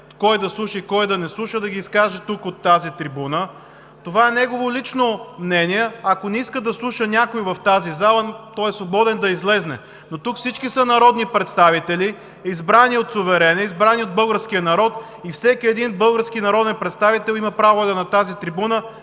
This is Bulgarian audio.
кой да слуша и кой да не слуша, да ги изкаже от тази трибуна. Това е негово лично мнение. Ако не иска да слуша някого в тази зала, той е свободен да излезе, но тук всички са народни представители, избрани от суверена, избрани от българския народ, и всеки един български народен представител има право да е на тази трибуна